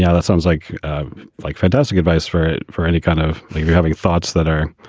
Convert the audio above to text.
yeah that sounds like like fantastic advice for for any kind of you're having thoughts that are,